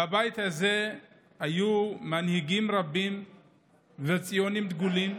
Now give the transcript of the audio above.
בבית הזה היו מנהיגים רבים וציונים דגולים,